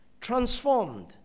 transformed